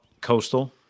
Coastal